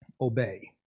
obey